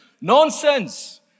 Nonsense